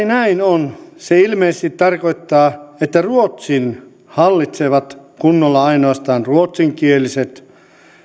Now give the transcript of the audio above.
näin on se ilmeisesti tarkoittaa että ruotsin hallitsevat kunnolla ainoastaan ruotsinkieliset